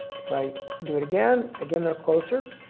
if i do it again, again they're closer.